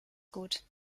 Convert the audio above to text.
gut